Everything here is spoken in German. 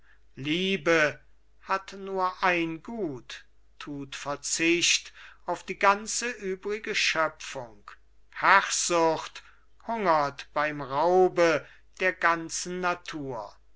liebe hat nur ein gut tut verzicht auf die ganze übrige schöpfung herrschsucht hungert beim raube der ganzen natur